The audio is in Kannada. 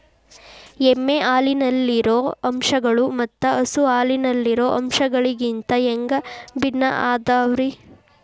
ಎಮ್ಮೆ ಹಾಲಿನಲ್ಲಿರೋ ಅಂಶಗಳು ಮತ್ತ ಹಸು ಹಾಲಿನಲ್ಲಿರೋ ಅಂಶಗಳಿಗಿಂತ ಹ್ಯಾಂಗ ಭಿನ್ನ ಅದಾವ್ರಿ?